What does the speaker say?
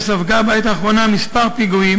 שספג בעת האחרונה כמה פיגועים,